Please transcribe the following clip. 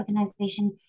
organization